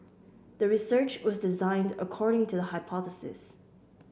the research was designed according to the hypothesis